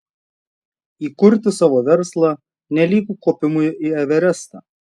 įkurti savo verslą nelygu kopimui į everestą